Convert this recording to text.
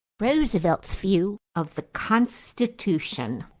roosevelt's view of the constitution.